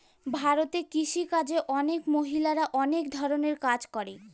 ভারতে কৃষি কাজে অনেক মহিলারা অনেক ধরনের কাজ করে